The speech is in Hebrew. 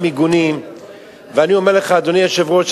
אדוני היושב-ראש,